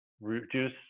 reduce